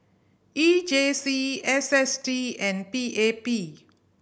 E J C S S T and P A P